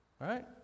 Right